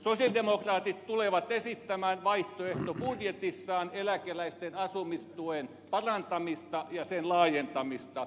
sosialidemokraatit tulevat esittämään vaihtoehtobudjetissaan eläkeläisten asumistuen parantamista ja sen laajentamista